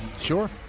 Sure